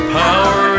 power